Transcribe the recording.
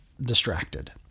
distracted